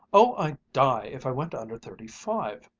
oh, i'd die if i went under thirty-five,